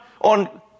on